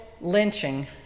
lynching